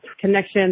connection